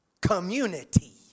community